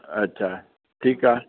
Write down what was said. अच्छा ठीकु आहे